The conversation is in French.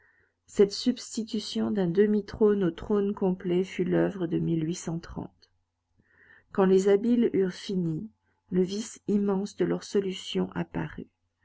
cette substitution d'un demi trône au trône complet fut l'oeuvre de quand les habiles eurent fini le vice immense de leur solution apparut